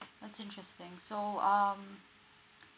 that's interesting so um